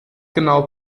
genau